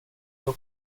the